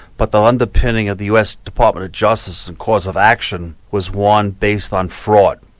but the underpinning of the us department of justice's cause of action was one based on fraud.